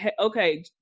okay